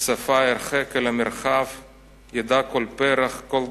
צפה הרחק אל המרחב/ ידע כל פרח כל גבעה,